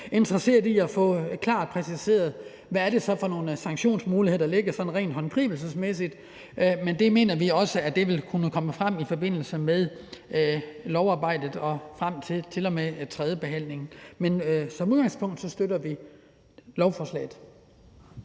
interesserede i at få klart præciseret, hvad det så er for nogle sanktionsmuligheder, der sådan rent håndgribeligt ligger. Men det mener vi også vil kunne komme frem i forbindelse med lovarbejdet og frem til og med tredjebehandlingen. Men som udgangspunkt støtter vi lovforslaget.